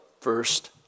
first